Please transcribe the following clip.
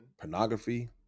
Pornography